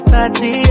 Party